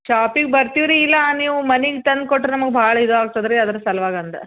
ಷಾಪಿಗೆ ಬರ್ತೀವಿ ರೀ ಇಲ್ಲ ನೀವು ಮನೆಗ್ ತಂದು ಕೊಟ್ರೆ ನಮಗ್ ಭಾಳ ಇದು ಆಗ್ತದೆ ರೀ ಅದ್ರ ಸಲುವಾಗಿ ಅಂದೆ